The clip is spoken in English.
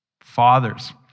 Fathers